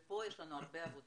כאן יש לנו הרבה עבודה.